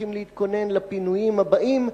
שצריכים להתכונן לפינויים הבאים.